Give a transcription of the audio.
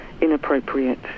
inappropriate